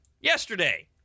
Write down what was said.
yesterday